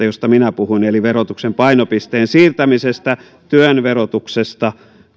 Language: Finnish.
josta minä puhuin eli verotuksen painopisteen siirtämisestä työn verotuksesta